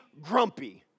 grumpy